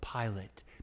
Pilate